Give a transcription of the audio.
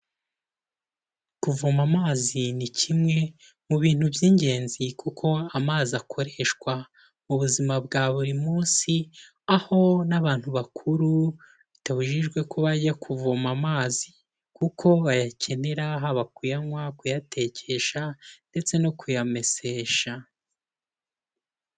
Kuvoma amazi ni kimwe mu bintu by'ingenzi, kuko amazi akoreshwa mu buzima bwa buri munsi, aho n'abantu bakuru bitabujijwe ko bajya kuvoma amazi, kuko bayakenera haba kuyanywa, kuyatekesha ndetse no kuyamesesha.